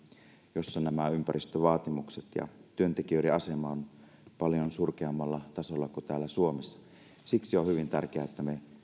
joissa nämä ympäristövaatimukset ja työntekijöiden asema ovat paljon surkeammalla tasolla kuin täällä suomessa siksi on hyvin tärkeää että me